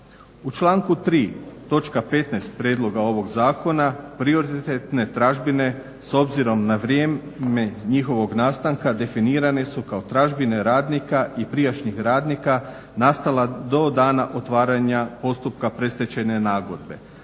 U članku 3. točka 15. prijedloga ovog zakona prioritetne tražbine s obzirom na vrijeme njihovog nastanka definirane su kao tražbine radnika i prijašnjih radnika nastala do dana otvaranja postupka predstečajne nagodbe,